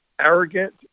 arrogant